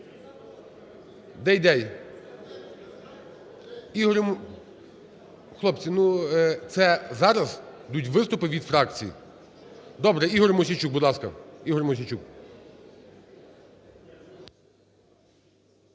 Дейдей. Ігор… Хлопці, ну, це зараз ідуть виступи від фракцій. Добре. Ігор Мосійчук, будь ласка.